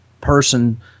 person